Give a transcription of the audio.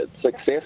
success